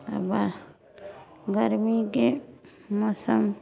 हबा गरमीके मौसम